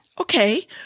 okay